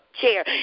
chair